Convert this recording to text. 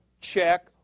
check